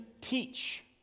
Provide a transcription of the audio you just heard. teach